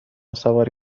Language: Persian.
سوار